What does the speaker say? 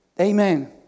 Amen